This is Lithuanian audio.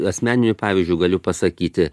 asmeniniu pavyzdžiu galiu pasakyti